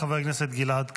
חבר הכנסת גלעד קריב,